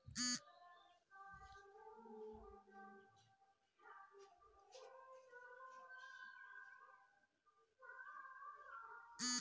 যদি কোনো স্টক সবার থেকে অনেক প্রেফারেন্স পায়